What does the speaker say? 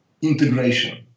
Integration